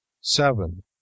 Seven